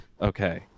okay